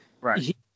right